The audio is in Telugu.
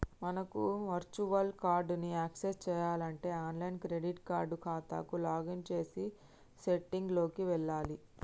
మనకు వర్చువల్ కార్డ్ ని యాక్సెస్ చేయాలంటే ఆన్లైన్ క్రెడిట్ కార్డ్ ఖాతాకు లాగిన్ చేసి సెట్టింగ్ లోకి వెళ్లాలి